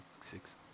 six